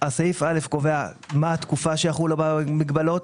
סעיף (א) קובע מה התקופה שיחולו המגבלות,